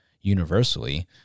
universally